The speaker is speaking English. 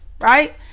right